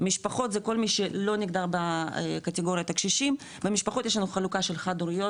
זה כל מי שלא נגדר בקטגורית הקשישים ומשפחות יש לנו חלוקה של חד-הוריות,